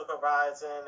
Horizon